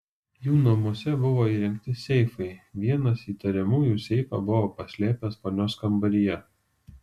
jų namuose buvo įrengti seifai vienas įtariamųjų seifą buvo paslėpęs vonios kambaryje